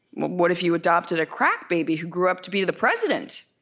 what if you adopted a crack baby who grew up to be the president?